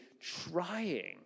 trying